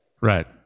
right